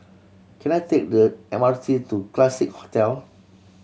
can I take the M R T to Classique Hotel